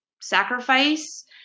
sacrifice